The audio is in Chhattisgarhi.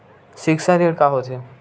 सिक्छा ऋण का होथे?